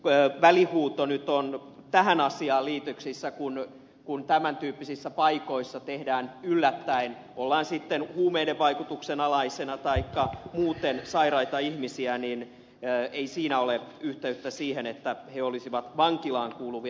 rönnin välihuuto nyt on tähän asiaan liityksissä kun tämän tyyppisissä paikoissa tehdään yllättäen ollaan sitten huumeiden vaikutuksen alaisena taikka muuten sairaita ihmisiä niin ei siinä ole yhteyttä siihen että he olisivat vankilaan kuuluvia